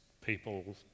people